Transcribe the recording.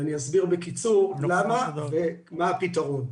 ואני אסביר בקיצור למה ומה הפתרון.